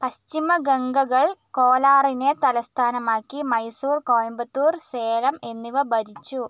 പശ്ചിമ ഗംഗകൾ കോലാറിനെ തലസ്ഥാനമാക്കി മൈസൂർ കോയമ്പത്തൂർ സേലം എന്നിവ ഭരിച്ചു